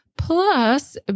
Plus